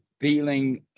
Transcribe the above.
feeling